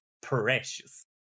precious